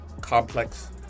complex